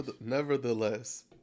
Nevertheless